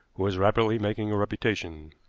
who was rapidly making a reputation.